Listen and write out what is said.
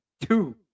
two